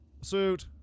suit